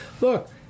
look